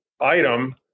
item